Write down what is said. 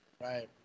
Right